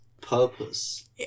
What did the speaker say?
purpose